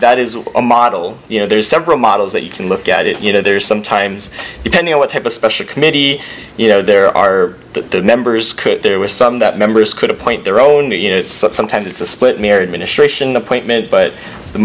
that is a model you know there's several models that you can look at it you know there's sometimes depending on what type of special committee you know there are the members there were some that members could appoint their own you know as such sometimes it's a split mirrored ministration appointment but the